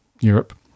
europe